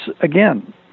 again